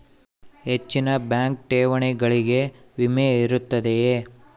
ಹೆಚ್ಚಿನ ಬ್ಯಾಂಕ್ ಠೇವಣಿಗಳಿಗೆ ವಿಮೆ ಇರುತ್ತದೆಯೆ?